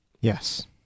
Yes